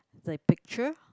the picture